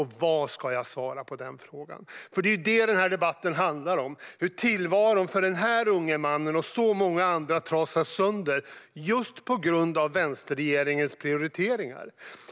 Vad ska jag svara på den frågan? Det är ju det som denna debatt handlar om - hur tillvaron för den här unge mannen och många andra trasas sönder på grund av vänsterregeringens prioriteringar.